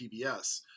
PBS